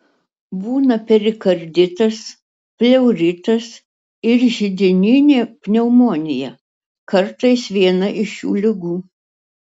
būna perikarditas pleuritas ir židininė pneumonija kartais viena iš šių ligų